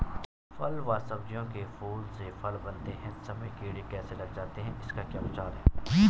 फ़ल व सब्जियों के फूल से फल बनते समय कीड़े कैसे लग जाते हैं इसका क्या उपचार है?